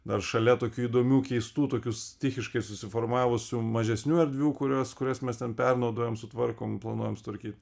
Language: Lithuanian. dar šalia tokių įdomių keistų tokių stichiškai susiformavusių mažesnių erdvių kurias kurias mes ten pernaudojam sutvarkom planuojam sutvarkyt